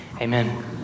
Amen